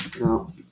No